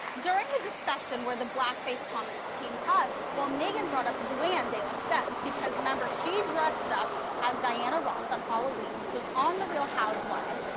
during the discussion where the blackface comments came up, well megyn brought up luann de lesseps because remember she dressed up as diana ross on halloween, which was on the real housewives,